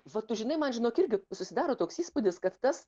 va tu žinai man žinok irgi susidaro toks įspūdis kad tas